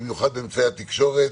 במיוחד באמצעי התקשורת,